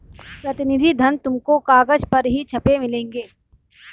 प्रतिनिधि धन तुमको कागज पर ही छपे मिलेंगे